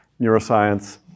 neuroscience